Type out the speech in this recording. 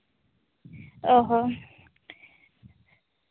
ᱚ ᱦᱚᱸ